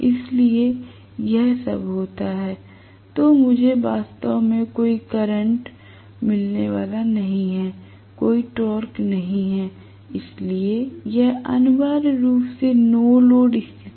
यदि यह सब होता है तो मुझे वास्तव में कोई रोटर करंट मिलने वाला नहीं है कोई टॉर्क नहीं है इसलिए यह अनिवार्य रूप से नो लोड स्थिति है